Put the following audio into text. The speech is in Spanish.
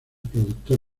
productor